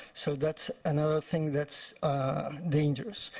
so that's another thing that's dangerous.